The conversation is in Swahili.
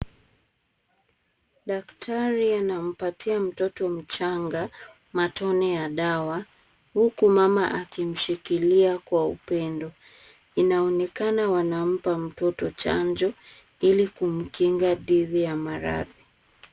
Daktari anampatia mtoto mchanga ,matone ya dawa , huku mama akimshikilia kwa upendo. Inaonekana wanampa mtoto chanjo, ili kumkinga dhidi ya maradhi .